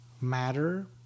matter